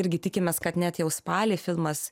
irgi tikimės kad net jau spalį filmas